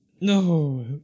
No